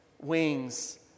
Wings